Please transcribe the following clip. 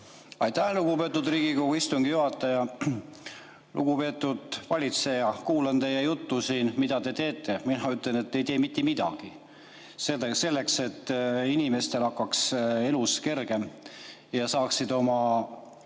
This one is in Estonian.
Aitäh, lugupeetud Riigikogu istungi juhataja! Lugupeetud valitseja! Kuulan teie juttu siin, mida te teete, ja mina ütlen, et te ei tee mitte midagi selleks, et inimestel hakkaks elus kergem ja nad saaksid oma